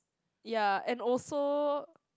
ya and also